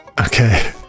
Okay